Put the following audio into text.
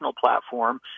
platform